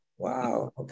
Wow